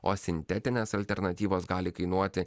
o sintetinės alternatyvos gali kainuoti